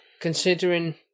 considering